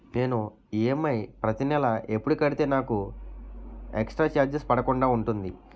నేను ఈ.ఎమ్.ఐ ప్రతి నెల ఎపుడు కడితే నాకు ఎక్స్ స్త్ర చార్జెస్ పడకుండా ఉంటుంది?